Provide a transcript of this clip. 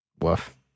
Woof